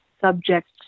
subjects